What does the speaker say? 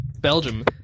Belgium